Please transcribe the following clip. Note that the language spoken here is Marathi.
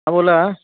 हां बोला